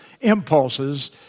impulses